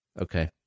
Okay